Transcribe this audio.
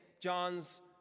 John's